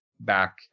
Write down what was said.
back